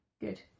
Good